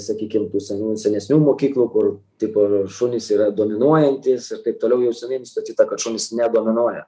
sakykim tų senų senesnių mokyklų kur tipo šunys yra dominuojantys ir taip toliau jau seniai nustatyta kad šunys nedominuoja